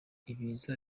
ibiza